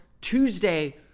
Tuesday